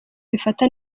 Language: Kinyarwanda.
bifata